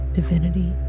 divinity